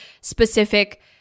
specific